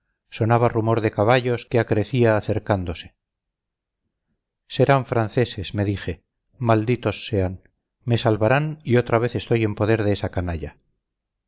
sonaba rumor de caballos que acrecía acercándose serán franceses me dije malditos sean me salvarán y otra vez estoy en poder de esa canalla